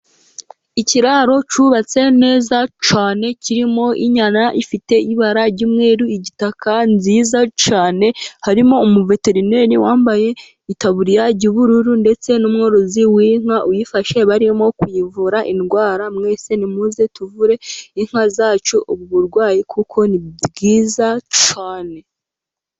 Ikiraro cyubatse neza cyane, kirimo inyana ifite ibara ry'umweru, igitaka nziza cyane, harimo umuveterineri, wambaye itaburiya ry'ubururu, ndetse n'umworozi w'inka uyifashe barimo kuyivura indwara, mwese nimuze tuvure inka zacu ubwo burwayi, kuko ni bwiza cyane.